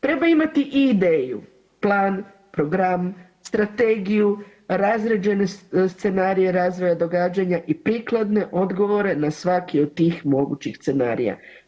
Treba imati i ideju, plan, program, strategiju, razrađene scenarije razvoja događanja i prikladne odgovore na svaki od tih mogućih scenarija.